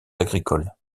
agricoles